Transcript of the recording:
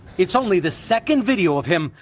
it's only the second video of him,